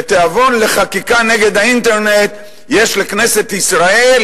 ותיאבון לחקיקה נגד האינטרנט יש לכנסת ישראל